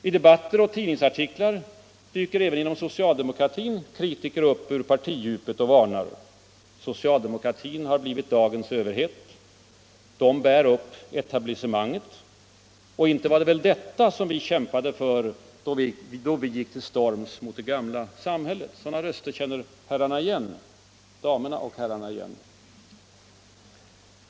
I debatter och tidningsartiklar dyker även inom socialdemokratin kritiker upp ur partidjupet och varnar: ”Socialdemokratin har blivit dagens överhet.” — ”De bär upp etablissemanget.” —- ”Och inte var det väl detta vi kämpade för, då vi gick till storms mot det gamla samhället.” Sådana röster känner damerna och herrarna igen.